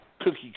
cookie